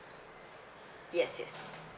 yes yes